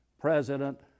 President